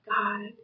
God